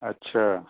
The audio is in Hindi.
अच्छा